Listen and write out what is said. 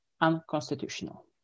unconstitutional